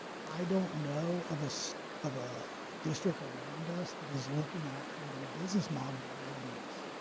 i don't know of ah so of a district around us that is looking at creating a business model around this